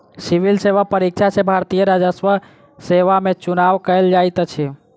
civil सेवा परीक्षा सॅ भारतीय राजस्व सेवा में चुनाव कयल जाइत अछि